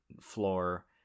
floor